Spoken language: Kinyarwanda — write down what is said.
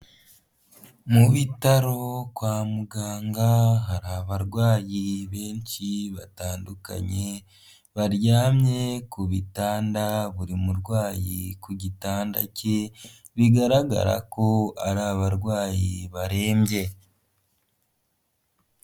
Mu bitaro kwa muganga hari abarwayi benshi batandukanye, baryamye ku bitanda buri murwayi ku gitanda cye bigaragara ko ari abarwayi barembye.